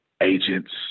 agents